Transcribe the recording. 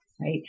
right